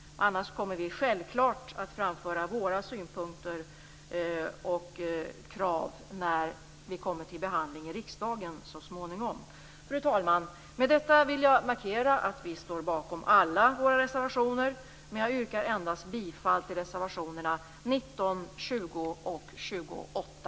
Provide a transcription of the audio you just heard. Annars kommer vi självfallet att framföra våra synpunkter och krav när det blir behandling i riksdagen så småningom. Fru talman! Med detta vill jag markera att vi står bakom alla våra reservationer. Men jag yrkar bifall endast till reservationerna 19, 20 och 28.